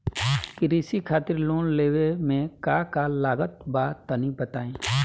कृषि खातिर लोन लेवे मे का का लागत बा तनि बताईं?